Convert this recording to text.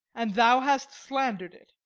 and thou hast slander'd it.